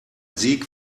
sieg